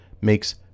makes